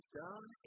done